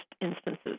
instances